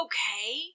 Okay